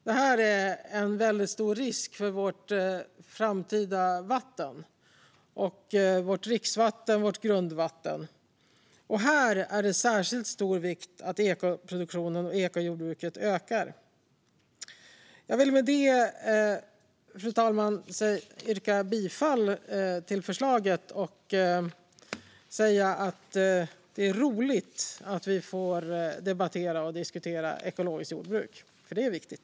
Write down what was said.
Detta utgör en väldigt stor risk för vårt framtida dricksvatten och grundvatten. Här är det av särskilt stor vikt att ekoproduktionen och ekojordbruket ökar. Jag vill med detta, fru talman, yrka bifall till förslaget och säga att det är roligt att vi får debattera och diskutera ekologiskt jordbruk, för det är viktigt!